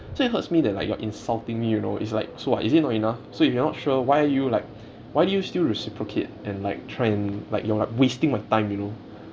so it hurts me that like you're insulting me you know it's like so what is it not enough so if you're not sure why are you like why do you still reciprocate and like try and like and you're like wasting my time you know